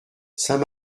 saint